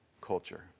culture